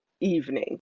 evening